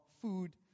food